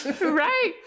Right